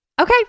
Okay